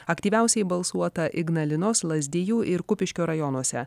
aktyviausiai balsuota ignalinos lazdijų ir kupiškio rajonuose